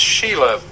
Sheila